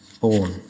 born